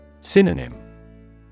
Synonym